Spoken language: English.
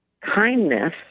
kindness